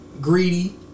greedy